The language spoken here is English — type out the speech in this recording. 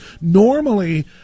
normally